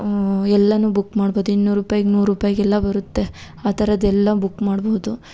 ಎಲ್ಲಾನು ಬುಕ್ ಮಾಡ್ಬೋದು ಇನ್ನೂರು ರೂಪಾಯಿಗೆ ನೂರು ರೂಪಾಯಿಗೆ ಎಲ್ಲ ಬರುತ್ತೆ ಆ ಥರದ್ದೆಲ್ಲ ಬುಕ್ ಮಾಡ್ಬೋದು